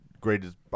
Greatest